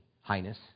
Highness